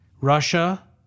Russia